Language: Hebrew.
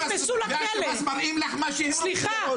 את באה והשב"ס מראים לך מה שנוח לך לראות.